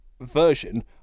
version